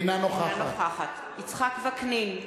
אינה נוכחת יצחק וקנין,